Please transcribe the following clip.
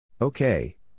Okay